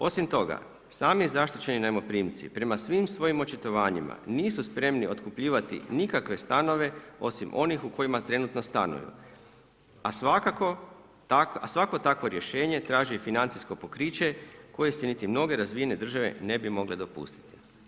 Osim toga sami zaštićeni zajmoprimci prema svim svojim očitovanjima nisu spremni otkupljivati nikakve stanove osim onih u kojima trenutno stanuje, a svako takvo rješenje traži financijsko pokriće koje si niti mnoge razvijene države ne bi mogle dopustiti.